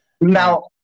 Now